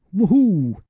woo-hoo!